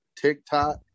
TikTok